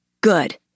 Good